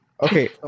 Okay